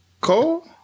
Cole